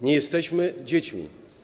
Nie jesteśmy dziećmi.